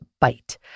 bite